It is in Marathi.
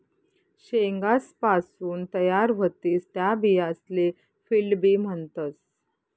शेंगासपासून तयार व्हतीस त्या बियासले फील्ड बी म्हणतस